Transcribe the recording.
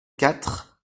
quatre